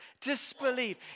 disbelief